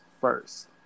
first